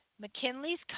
McKinley's